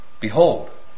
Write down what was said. Behold